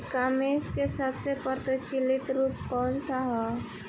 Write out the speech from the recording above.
ई कॉमर्स क सबसे प्रचलित रूप कवन सा ह?